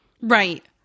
right